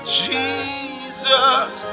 jesus